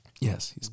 Yes